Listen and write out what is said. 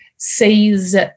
sees